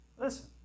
Listen